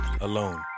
alone